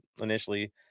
initially